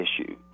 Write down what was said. issue